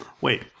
Wait